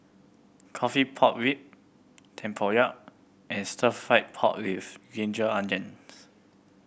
coffee pork rib tempoyak and stir fried pork with ginger onion